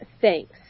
thanks